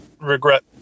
regret